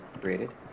created